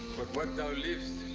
what but thou livest,